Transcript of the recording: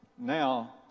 now